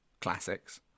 classics